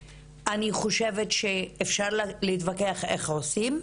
אני חושבת שאפשר להתווכח איך עושים,